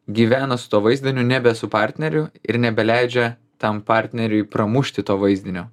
gyvena su tuo vaizdiniu nebe su partneriu ir nebeleidžia tam partneriui pramušti to vaizdinio